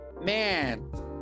man